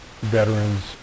veterans